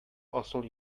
асыл